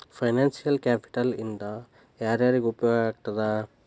Financial capital ಇಂದಾ ಯಾರ್ಯಾರಿಗೆ ಉಪಯೊಗಾಗ್ತದ?